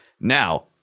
Now